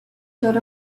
showed